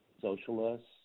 socialists